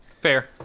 fair